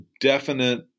definite